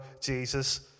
Jesus